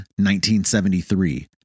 1973